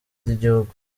ry’igihugu